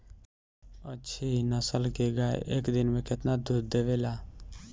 अच्छी नस्ल क गाय एक दिन में केतना लीटर दूध देवे ला?